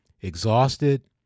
exhausted